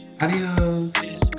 adios